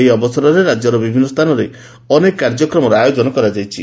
ଏହି ଅବସରରେ ରାକ୍ୟର ବିଭିନ୍ନ ସ୍ଥାନରେ ଅନେକ କାର୍ଯ୍ୟକ୍ରମ ଆୟୋଜନ କରାଯାଉଛି